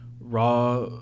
Raw